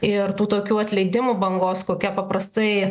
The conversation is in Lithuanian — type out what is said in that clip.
ir tų tokių atleidimų bangos kokia paprastai